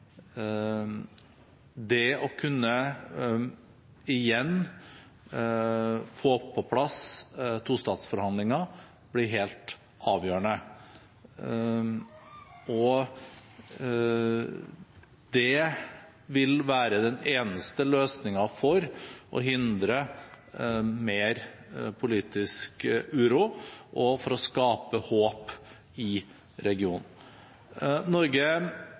Det å kunne få på plass tostatsforhandlinger igjen blir helt avgjørende. Det vil være den eneste løsningen for å hindre mer politisk uro og for å skape håp i regionen. Norge